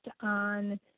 on